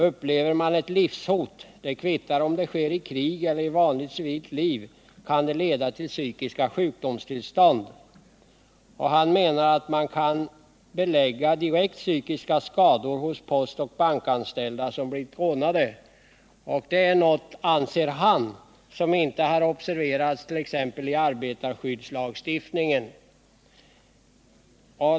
Upplever man ett livshot — det kvittar om det sker i krig eller i vanligt civilt liv — kan det leda till psykiska sjukdomstillstånd.” Han menar att man kan belägga direkt psykiska skador hos postoch bankanställda som blivit rånade. Detta är något, anser han, som inte har observerats i arbetarskyddslagstiftningen.